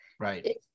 Right